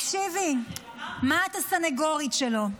תקשיבי, מה, את הסנגורית שלו?